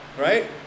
Right